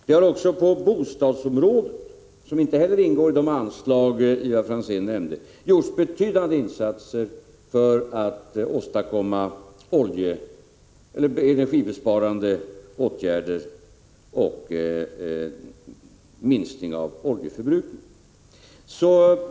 Det har också på bostadsområdet, som inte heller ingår i de anslag som Ivar Franzén nämnde, gjorts betydande insatser för att åstadkomma energibesparande åtgärder och en minskning av oljeförbrukningen.